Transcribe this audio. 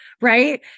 right